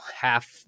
half